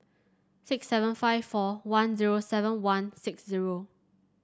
six seven five four one zero seven one six zero